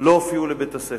לא הופיעו לבית-הספר.